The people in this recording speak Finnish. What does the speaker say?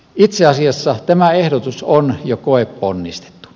itse asiassa tämä ehdotus on jo koeponnistettu